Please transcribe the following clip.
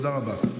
תודה רבה.